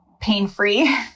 pain-free